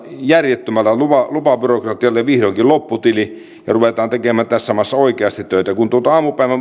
järjettömälle lupabyrokratialle vihdoinkin lopputili ja ruvetaan tekemään tässä maassa oikeasti töitä kun tuota